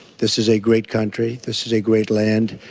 this is a great country. this is a great land.